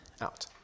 out